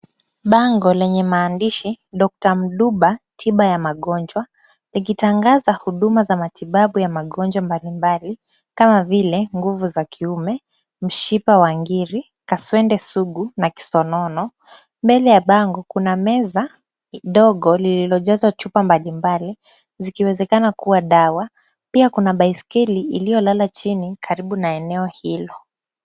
Bango lenye maandishi, Dr . Mduba, tiba ya magonjwa, likitangaza huduma za matibabu ya magonjwa mbalimbali, kama vile nguvu za kiume, mshipa wa ngiri, kaswende sugu na kisonono, mbele ya bango kuna meza, dogo, lililojazwa chupa mbalimbali, zikiwezekana kuwa dawa, pia kuna baiskeli iliyolala chini karibu na eneo hilo.